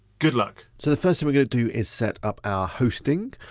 good luck. so the first thing we're gonna do is set up our hosting.